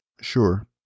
Sure